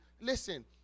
listen